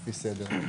לפי סדר.